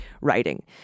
writing